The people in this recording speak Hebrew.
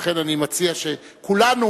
לכן אני מציע שכולנו,